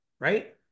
right